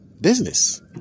business